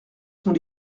sont